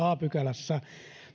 a pykälässä